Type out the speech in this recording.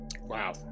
wow